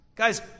Guys